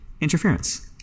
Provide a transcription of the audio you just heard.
interference